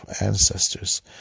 ancestors